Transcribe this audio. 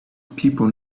people